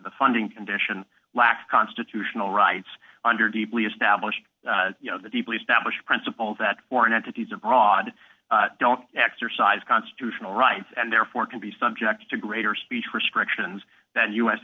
the funding condition lack of constitutional rights under deeply established you know the people established principles that foreign entities abroad don't exercise constitutional rights and therefore can be subject to greater speech restrictions than u